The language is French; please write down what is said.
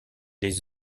les